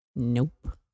Nope